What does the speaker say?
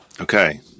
Okay